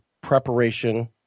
preparation